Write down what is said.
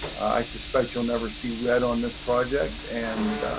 i suspect you'll never see red on this project and.